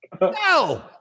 No